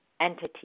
entity